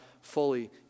fully